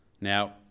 Now